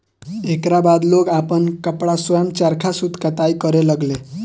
एकरा बाद लोग आपन कपड़ा स्वयं चरखा सूत कताई करे लगले